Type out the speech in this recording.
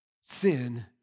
Sin